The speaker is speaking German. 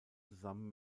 zusammen